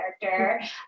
character